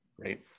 right